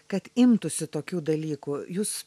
kad imtųsi tokių dalykų jūs